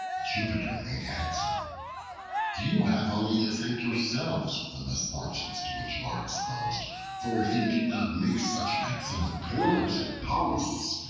jupiter made answer you have only to thank yourselves for the misfortunes to which you are exposed for if you did not make such excellent pillars and posts,